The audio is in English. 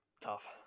Tough